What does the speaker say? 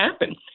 happen